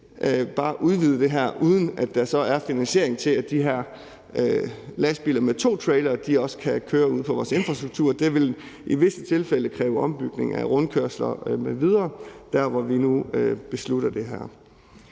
bare udvide det her, uden at der så er finansiering til, at de her lastbiler med to trailere også kan bruge vores infrastruktur. Det vil i visse tilfælde kræve ombygning af rundkørsler m.v. der, hvor vi nu beslutter det her.